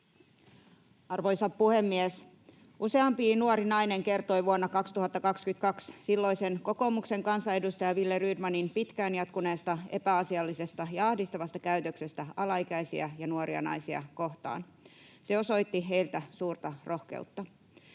Arvoisa puhemies! Useampi nuori nainen kertoi vuonna 2022 silloisen kokoomuksen kansanedustaja Wille Rydmanin pitkään jatkuneesta epäasiallisesta ja ahdistavasta käytöksestä alaikäisiä ja nuoria naisia kohtaan. Se osoitti heiltä suurta rohkeutta.